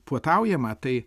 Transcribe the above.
puotaujama tai